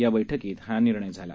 या बैठकीत हा निर्णय झाला